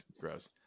gross